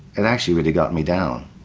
it actually really got me down.